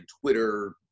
Twitter